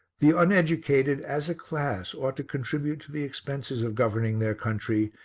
the uneducated as a class ought to contribute to the expenses of governing their country,